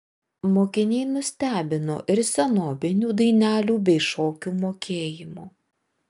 mokiniai nustebino ir senobinių dainelių bei šokių mokėjimu